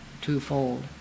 twofold